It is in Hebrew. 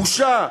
בושה.